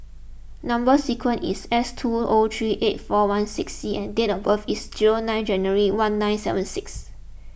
Number Sequence is S two O three eight four one six C and date of birth is zero nine January one nine seven six